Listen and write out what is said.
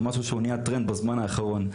זה נהיה טרנד בזמן האחרון.